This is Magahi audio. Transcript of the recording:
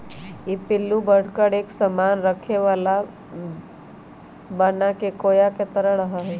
ई पिल्लू बढ़कर एक सामान रखे वाला बनाके कोया के तरह रहा हई